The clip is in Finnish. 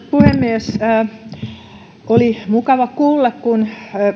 puhemies oli mukava kuulla kun